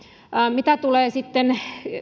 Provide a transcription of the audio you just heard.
mitä tulee sitten